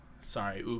Sorry